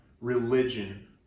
religion